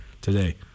today